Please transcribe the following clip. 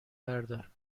بردار